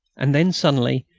and then suddenly,